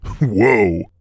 Whoa